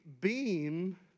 beam